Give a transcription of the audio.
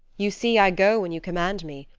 you see, i go when you command me.